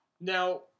Now